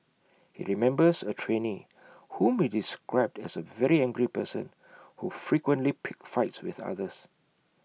he remembers A trainee whom he described as A very angry person who frequently picked fights with others